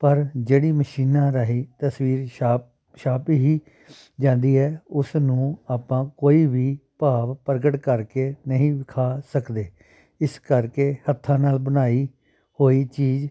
ਪਰ ਜਿਹੜੀ ਮਸ਼ੀਨਾਂ ਰਾਹੀਂ ਤਸਵੀਰ ਛਾਪ ਛਪ ਹੀ ਜਾਂਦੀ ਹੈ ਉਸ ਨੂੰ ਆਪਾਂ ਕੋਈ ਵੀ ਭਾਵ ਪ੍ਰਗਟ ਕਰਕੇ ਨਹੀਂ ਦਿਖਾ ਸਕਦੇ ਇਸ ਕਰਕੇ ਹੱਥਾਂ ਨਾਲ ਬਣਾਈ ਹੋਈ ਚੀਜ਼